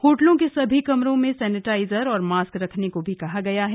होटलों के सभी कमरों में सैनेटाइजर और मास्क रखने को कहा गया है